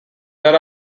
there